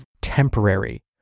temporary